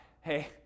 Hey